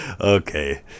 Okay